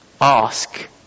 Ask